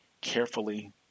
carefully